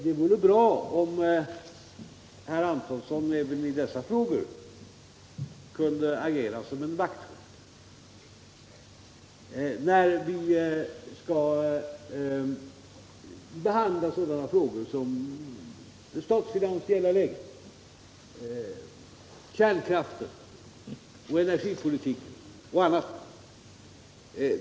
Det vore bra om Johannes Antonsson kunde agera som vakthund även när vi skall behandla sådana frågor som det statsfinansiella läget, kärnkraften, energipolitiken och annat.